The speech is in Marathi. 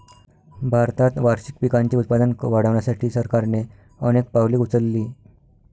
भारतात वार्षिक पिकांचे उत्पादन वाढवण्यासाठी सरकारने अनेक पावले उचलली